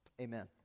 amen